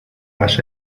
las